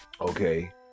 okay